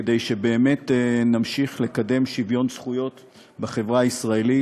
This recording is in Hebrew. כדי שבאמת נמשיך לקדם שוויון זכויות בחברה הישראלית,